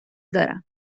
دارم